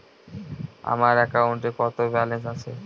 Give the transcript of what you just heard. আমার অ্যাকাউন্টে কত ব্যালেন্স আছে?